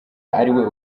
ariwe